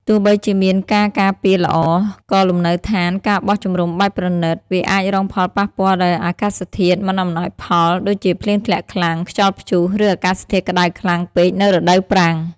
ទោះបីជាមានការការពារល្អ ក៏លំនៅដ្ឋាន ការបោះជំរំបែបប្រណីត វាអាចរងផលប៉ះពាល់ដោយអាកាសធាតុមិនអំណោយផល ដូចជាភ្លៀងធ្លាក់ខ្លាំង ខ្យល់ព្យុះ ឬអាកាសធាតុក្តៅខ្លាំងពេកនៅរដូវប្រាំង។